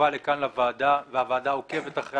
מובא לכאן לוועדה והיא עוקבת אחרי